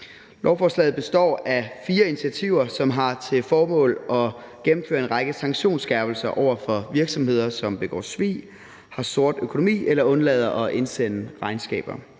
Lovforslaget består af fire initiativer, som har til formål at gennemføre en række sanktionsskærpelser over for virksomheder, som begår svig, har sort økonomi eller undlader at indsende regnskaber.